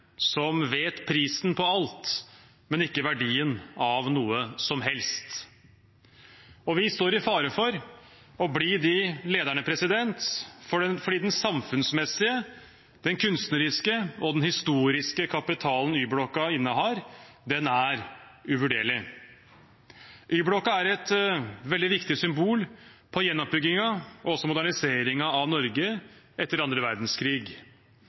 som vet prisen på alt, men ikke verdien av noe som helst. Vi står i fare for å bli de lederne, fordi den samfunnsmessige, den kunstneriske og den historiske kapitalen Y-blokka innehar, er uvurderlig. Y-blokka er et veldig viktig symbol på gjenoppbyggingen og også moderniseringen av Norge etter annen verdenskrig.